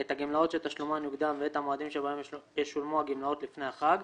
את הגמלאות שתשלומן יוקדם ואת המועדים שבהם ישולמו הגמלאות לפני החג,